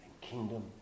kingdom